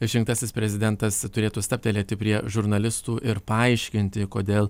išrinktasis prezidentas turėtų stabtelėti prie žurnalistų ir paaiškinti kodėl